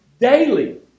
daily